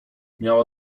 miała